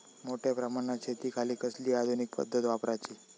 मोठ्या प्रमानात शेतिखाती कसली आधूनिक पद्धत वापराची?